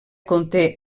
conté